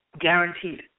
guaranteed